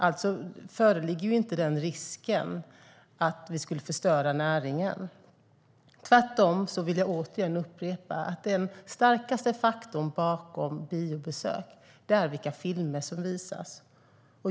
Alltså föreligger inte risken att vi skulle förstöra näringen. Tvärtom vill jag återupprepa att den starkaste faktorn bakom biobesök är vilka filmer som visas.